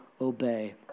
obey